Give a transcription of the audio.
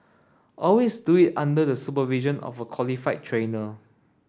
always do it under the supervision of a qualified trainer